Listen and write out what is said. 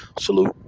salute